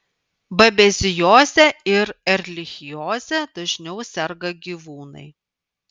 babezioze ir erlichioze dažniau serga gyvūnai